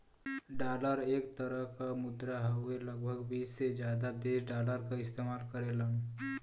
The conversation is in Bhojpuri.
डॉलर एक तरे क मुद्रा हउवे लगभग बीस से जादा देश डॉलर क इस्तेमाल करेलन